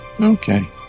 Okay